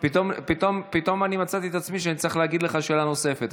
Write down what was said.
אז פתאום אני מצאתי את עצמי שאני צריך להגיד לך שאלה נוספת.